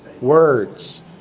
Words